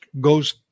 goes